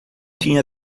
tinha